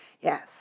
Yes